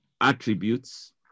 attributes